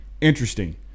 Interesting